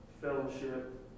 fellowship